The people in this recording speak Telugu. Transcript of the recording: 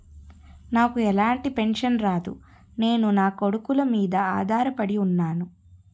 నాకు ఎలాంటి పెన్షన్ రాదు నేను నాకొడుకుల మీద ఆధార్ పడి ఉన్నాను